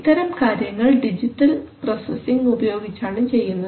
ഇത്തരം കാര്യങ്ങൾ digital processing ഉപയോഗിച്ചാണ് ചെയ്യുന്നത്